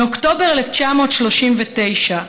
מאוקטובר 1939,